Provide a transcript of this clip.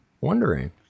wondering